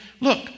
look